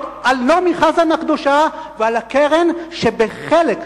על נעמי חזן הקדושה ועל הקרן שבחלק,